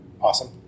awesome